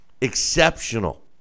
exceptional